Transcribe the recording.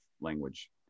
language